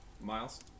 Miles